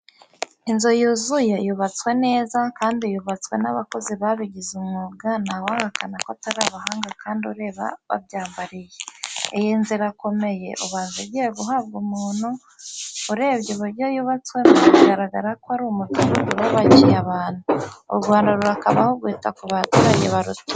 Inzu yuzuye yubatswe neza, kandi yubatswe n'abakozi babigize umwuga ntawahakana ko atari abahanga kandi ureba babyambariye. Iyi nzu irakomeye ubanza igiye guhabwa umuntu, urebye uburyo yubatswemo biragara ko ari umudugudu bubakiye abantu. U Rwanda rurakabaho rwita ku baturage barutuye.